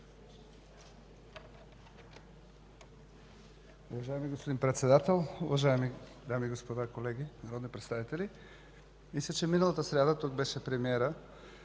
Уважаеми господин Председател, уважаеми дами и господа колеги народни представители! Мисля, че миналата сряда тук беше премиерът,